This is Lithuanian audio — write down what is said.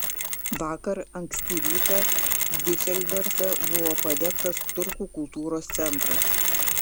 vakar anksti rytą diuseldorfe buvo padegtas turkų kultūros centras